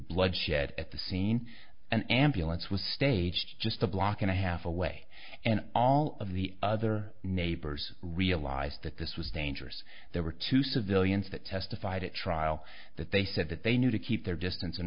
bloodshed at the scene an ambulance was stage just a block and a half away and all of the other neighbors realized that this was dangerous there were two civilians that testified at trial that they said that they knew to keep their distance